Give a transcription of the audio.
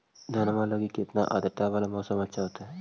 धनमा लगी केतना आद्रता वाला मौसम अच्छा होतई?